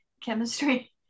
chemistry